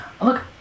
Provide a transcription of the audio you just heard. look